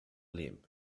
limb